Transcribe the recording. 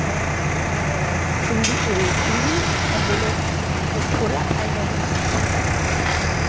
ऐं सिंधी सिंधी नमूने जेके छोला ठाहींदा आहियूं असां कुल्चा छोला ठाहींदा आहियूं